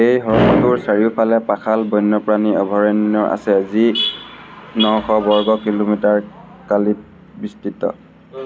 এই হ্ৰদটোৰ চাৰিওফালে পাখাল বন্যপ্ৰাণী অভয়াৰণ্য আছে যি নশ বৰ্গ কিলোমিটাৰ কালিত বিস্তৃত